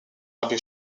abbé